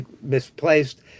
misplaced